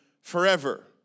forever